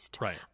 right